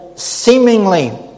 seemingly